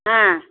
ஆ